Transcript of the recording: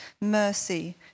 mercy